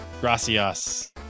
Gracias